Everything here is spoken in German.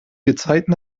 gezeiten